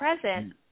present